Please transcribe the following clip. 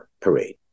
parade